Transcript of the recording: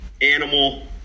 animal